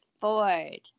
Ford